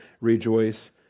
rejoice